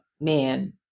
man